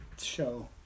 show